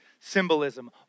symbolism